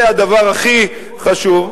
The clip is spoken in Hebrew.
זה הדבר הכי חשוב.